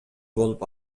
болуп